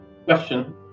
Question